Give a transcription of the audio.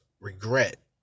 regret